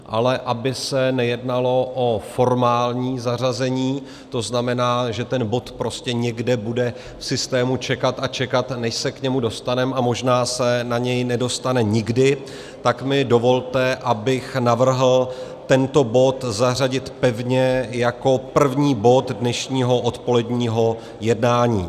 Ale aby se nejednalo o formální zařazení, to znamená, že ten prostě někde bude v systému čekat a čekat, než se k němu dostaneme, a možná se na něj nedostane nikdy, tak mi dovolte, abych navrhl tento bod zařadit pevně jako první bod dnešního odpoledního jednání.